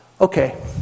okay